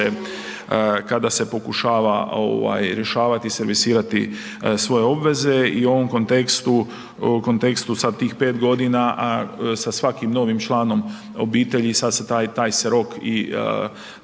kada se pokušava ovaj rješavati, servisirati svoje obveze i u ovom kontekstu, kontekstu sad tih 5 godina s svakim novim članom obitelji sad se taj, taj se rok i,